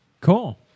cool